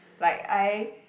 like I